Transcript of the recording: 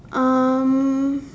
um